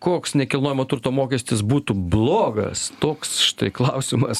koks nekilnojamo turto mokestis būtų blogas toks štai klausimas